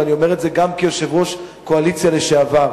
אני אומר זאת גם כיושב-ראש הקואליציה לשעבר,